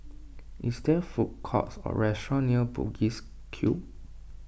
is there food courts or restaurants near Bugis Cube